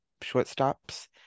shortstops